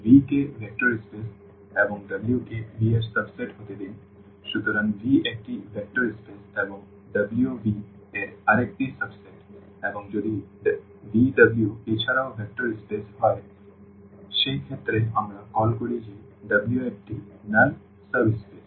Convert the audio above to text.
সুতরাং V কে vector space এবং W কে V এর সাবসেট হতে দিন সুতরাং V একটি ভেক্টর স্পেস এবং WV এর আরেকটি সাবসেট এবং যদি VW এছাড়াও ভেক্টর স্পেস হয় সেই ক্ষেত্রে আমরা কল করি যে W একটি নাল স্পেস